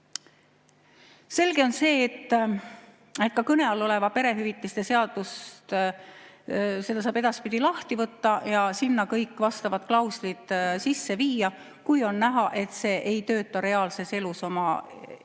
Selge on see, et kõne all oleva perehüvitiste seaduse saab edaspidi lahti võtta ja sinna kõik vastavad klauslid sisse viia, kui on näha, et see ei tööta reaalses elus oma eesmärgi